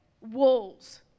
walls